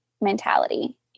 mentality